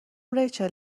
ریچل